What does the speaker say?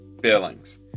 feelings